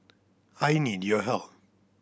I need your help